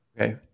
Okay